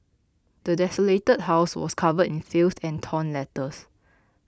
the desolated house was covered in filth and torn letters